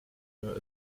her